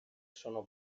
sono